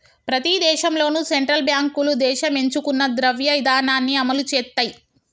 ప్రతి దేశంలోనూ సెంట్రల్ బ్యాంకులు దేశం ఎంచుకున్న ద్రవ్య ఇధానాన్ని అమలు చేత్తయ్